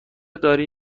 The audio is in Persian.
داری